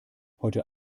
heute